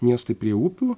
miestai prie upių